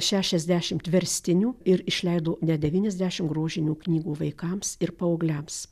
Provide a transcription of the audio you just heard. šešiasdešimt verstinių ir išleido net devyniasdešim grožinių knygų vaikams ir paaugliams